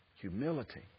Humility